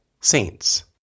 Saints